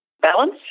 Balance